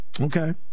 Okay